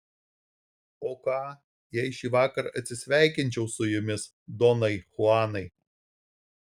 o ką jei šįvakar atsisveikinčiau su jumis donai chuanai